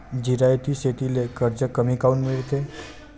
जिरायती शेतीले कर्ज कमी काऊन मिळते?